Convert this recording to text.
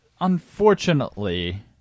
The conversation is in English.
unfortunately